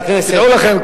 תדעו לכם,